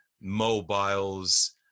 mobiles